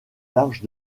large